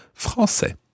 français